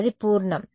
అది పూర్ణం